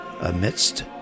amidst